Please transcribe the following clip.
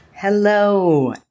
Hello